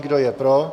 Kdo je pro?